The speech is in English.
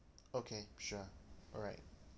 okay sure alright